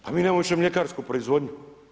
Pa mi nemamo više mljekarsku proizvodnju.